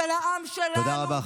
תודה רבה,